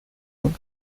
und